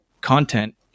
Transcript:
content